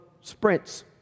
sprints